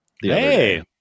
hey